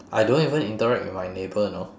I don't even interact with my neighbour know